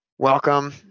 Welcome